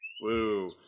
Woo